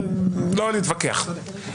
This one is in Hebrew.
לא נתווכח.